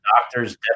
doctors